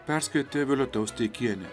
perskaitė violeta osteikienė